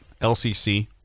LCC